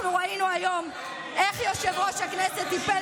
אנחנו ראינו היום איך יושב-ראש הכנסת טיפל